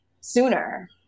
sooner